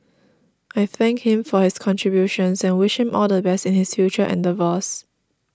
I thank him for his contributions and wish him all the best in his future endeavours